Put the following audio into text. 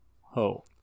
ho